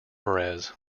perez